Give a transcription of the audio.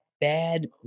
bad